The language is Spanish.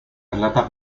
relata